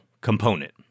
component